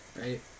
right